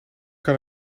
kan